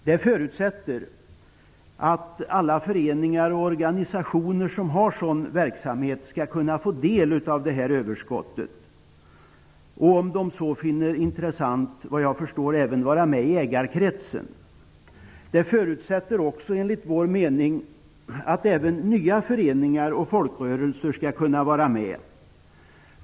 Detta förutsätter att alla föreningar och organisationer som har sådan verksamhet skall kunna få del av detta överskott och såvitt jag förstår, om de så finner intressant, även vara med i ägarkretsen. Det förutsätter enligt vår mening också att nya föreningar och folkrörelser skall kunna komma med.